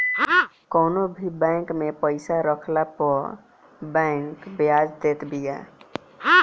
कवनो भी बैंक में पईसा रखला पअ बैंक बियाज देत बिया